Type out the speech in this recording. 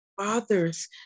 fathers